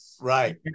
Right